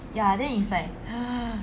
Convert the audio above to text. ya then is like